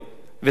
זה